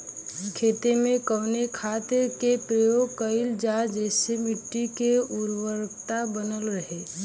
खेत में कवने खाद्य के प्रयोग कइल जाव जेसे मिट्टी के उर्वरता बनल रहे?